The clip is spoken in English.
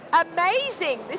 Amazing